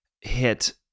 hit